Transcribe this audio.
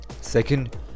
Second